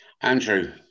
Andrew